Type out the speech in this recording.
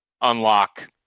unlock